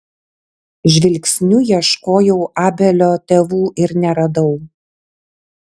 žvilgsniu ieškojau abelio tėvų ir neradau